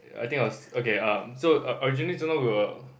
I think I will okay uh so originally just now we were